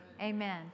amen